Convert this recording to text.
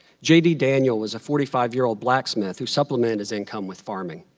j d. daniel was a forty five year old blacksmith who supplemented his income with farming.